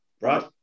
right